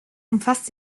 umfasst